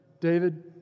David